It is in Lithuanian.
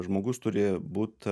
žmogus turi būt